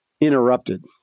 interrupted